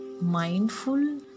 mindful